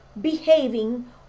behaving